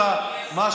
מדבר איתי על שמאל.